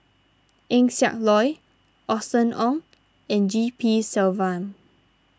Eng Siak Loy Austen Ong and G P Selvam